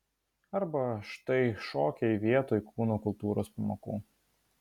arba štai šokiai vietoj kūno kultūros pamokų